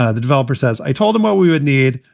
ah the developer says, i told him what we would need,